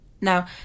Now